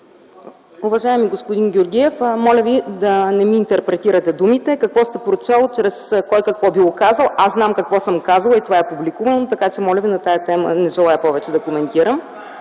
Уважаеми господин Георгиев, моля Ви да не ми интерпретирате думите – какво сте прочели, кой какво бил казал. Аз знам какво съм казала и това е публикувано, така че, моля Ви, на тази тема не желая повече да коментирам.